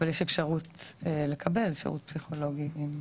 יכולים לקבל שירות פסיכולוגי.